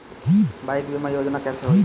Bike बीमा योजना कैसे होई?